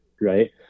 right